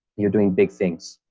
you're doing big things,